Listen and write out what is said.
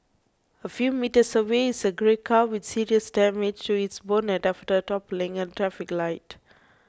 a few metres away is a grey car with serious damage to its bonnet after toppling a traffic light